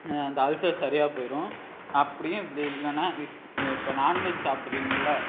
அந்த அல்சர் சரியாக போயிரும் அப்படியும் இப்படி இல்லைனா இப்போ நான்வெஜ் சாப்பிடுறீங்கள